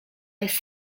jest